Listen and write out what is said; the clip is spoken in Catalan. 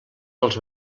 dels